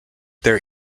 their